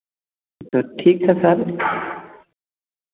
तो ठीक है सर